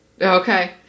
okay